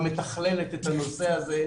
המתכללת את הנושא הזה.